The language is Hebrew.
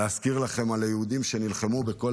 להזכיר לכם על היהודים שנלחמו בכל